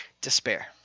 despair